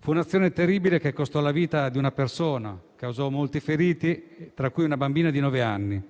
Fu un'azione terribile, che costò la vita ad una persona, causò molti feriti, tra cui una bambina di nove anni.